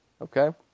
Okay